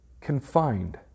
confined